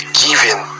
giving